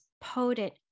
potent